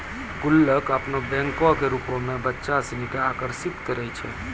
गुल्लक अपनो बैंको के रुपो मे बच्चा सिनी के आकर्षित करै छै